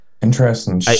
interesting